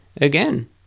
again